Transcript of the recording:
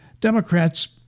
Democrats